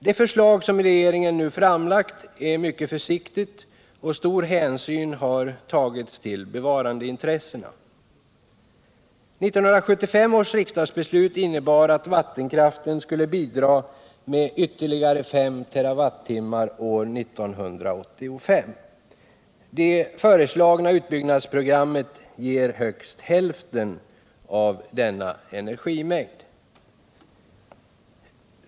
Det förslag som regeringen nu har framlagt är mycket försiktigt, och stor hänsyn har tagits till bevarandeintressena. 1975 års riksdagsbeslut innebar att vattenkraften skulle bidra med ytterligare 5 KWh år 1985. Det föreslagna utbyggnadsprogrammet ger högst hälften av denna energimängd.